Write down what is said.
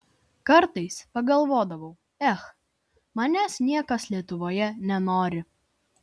kartais pagalvodavau ech manęs niekas lietuvoje nenori